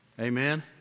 Amen